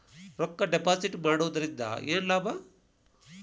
ರೊಕ್ಕ ಡಿಪಾಸಿಟ್ ಮಾಡುವುದರಿಂದ ಏನ್ ಲಾಭ?